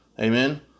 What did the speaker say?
Amen